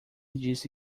disse